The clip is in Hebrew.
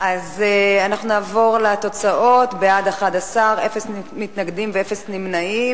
נעבור לתוצאות: בעד, 11, אפס מתנגדים ואפס נמנעים.